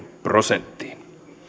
prosenttiin